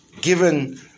given